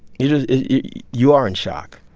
you just you you are in shock,